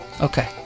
Okay